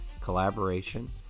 collaboration